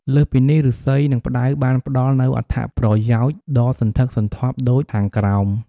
លើសពីនេះឫស្សី និងផ្តៅបានផ្តល់នូវអត្ថប្រយោជន៍ដ៏សន្ធឹកសន្ធាប់ដូចខាងក្រោម។